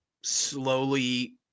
slowly